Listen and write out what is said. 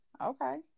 Okay